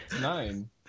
Nine